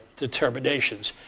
determinations.